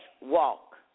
walk